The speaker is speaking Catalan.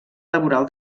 laboral